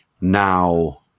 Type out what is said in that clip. now